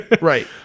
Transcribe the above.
Right